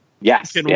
Yes